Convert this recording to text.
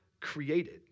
created